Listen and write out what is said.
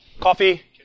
Coffee